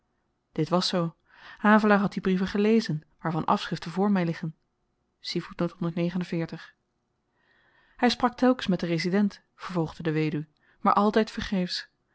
dit was zoo havelaar had die brieven gelezen waarvan afschriften voor my liggen hy sprak telkens met den resident vervolgde de weduw maar altyd vergeefs